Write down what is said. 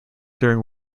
during